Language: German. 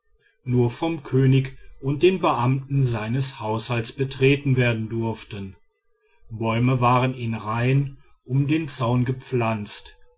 nur vom könig und den beamten seines haushalts betreten werden durften bäume waren in reihen um den zaun gepflanzt